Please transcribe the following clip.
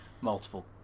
multiple